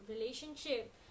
relationship